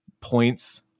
points